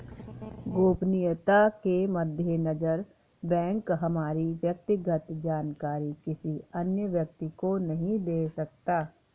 गोपनीयता के मद्देनजर बैंक हमारी व्यक्तिगत जानकारी किसी अन्य व्यक्ति को नहीं दे सकता